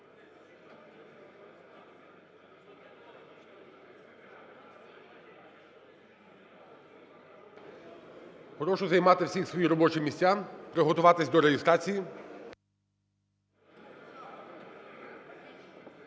Прошу займати всіх свої робочі місця, приготуватись до реєстрації.